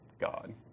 God